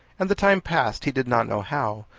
and the time passed he did not know how,